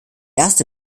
erste